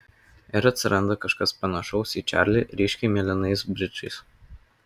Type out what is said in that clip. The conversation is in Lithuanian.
ir atsiranda kažkas panašaus į čarlį ryškiai mėlynais bridžais